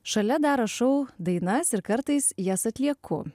šalia dar rašau dainas ir kartais jas atlieku